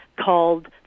called